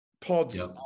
Pods